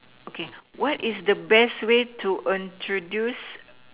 okay what is the best way to introduce